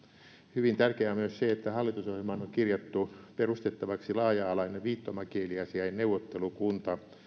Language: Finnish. hyvin tärkeää on myös se että hallitusohjelmaan on kirjattu perustettavaksi laaja alainen viittomakieliasiain neuvottelukunta